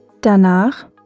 Danach